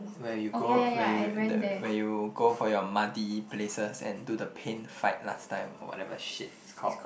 where you go where you the where you go for your muddy places and do the paint fight last time or whatever shit it's called